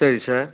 சரி சார்